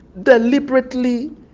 deliberately